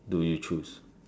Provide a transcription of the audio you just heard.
do you choose